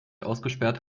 ausgesperrt